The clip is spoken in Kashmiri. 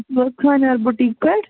تُہۍ چھُو حظ خانیٛار بُٹیٖک پٮ۪ٹھ